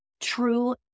true